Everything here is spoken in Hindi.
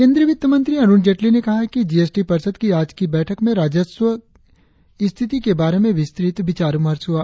केंद्रीय वित्तमंत्री अरुण जेटली ने कहा है कि जी एस टी परिषद की आज की बैठक में राजस्व स्थिति के बारे में विस्तृत विचार विमर्श हुआ